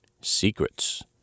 Secrets